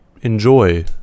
enjoy